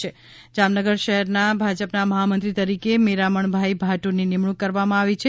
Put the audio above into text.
જામનગર ભાજપ જામનગર શહેરના ભાજપના મહામંત્રી તરીકે મેરામણભાઇ ભાટુની નિમણુક કરવામાં આવી છે